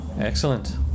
Excellent